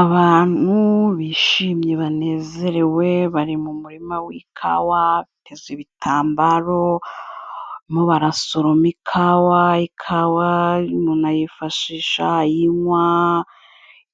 Abantu bishimye banezerewe, bari mu murima w'ikawa, bateza ibitambaro, barimo barasoroma ikawa, ikawa umuntu ayifashisha ayinywa,